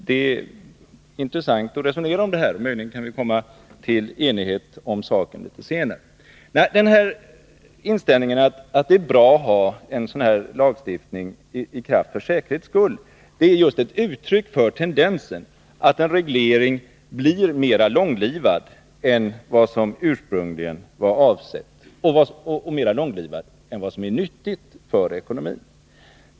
Det är värdefullt att vi börjat resonera om det här. Möjligen kan vi komma till enighet om saken litet senare. Inställningen att det skulle vara bra att ha en lagstiftning i kraft för säkerhets skull är just ett uttryck för tendensen att göra en reglering mera långlivad än vad som ursprungligen var avsett och mera långlivad än vad som är nyttigt för ekonomin.